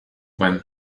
went